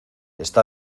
está